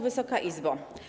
Wysoka Izbo!